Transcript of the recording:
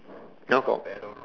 now got